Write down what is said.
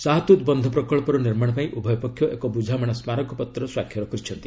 ଶାହତୁତ୍ ବନ୍ଧ ପ୍ରକଳ୍ପର ନିର୍ମାଣ ପାଇଁ ଉଭୟ ପକ୍ଷ ଏକ ବୁଝାମଣା ସ୍କାରକପତ୍ର ସ୍ୱାକ୍ଷର କରିଛନ୍ତି